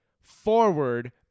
forward